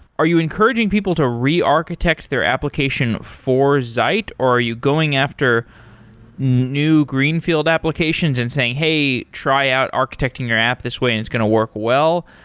are you encouraging people to re-architect their application for zeit or are you going after new greenfield applications and saying, hey, try out architecting your app this way and it's going to work well.